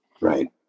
Right